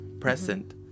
present